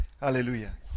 Hallelujah